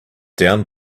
down